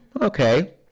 okay